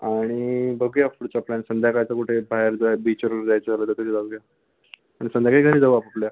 आणि बघूया पुढचा प्लॅन संध्याकाळचा कुठे बाहेर बिचवर जायचं झालं तर तिथे जाऊया आणि संध्याकाळी घरी जाऊ आपआपल्या